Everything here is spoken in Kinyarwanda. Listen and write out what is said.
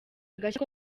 agashya